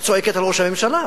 שצועקת על ראש הממשלה.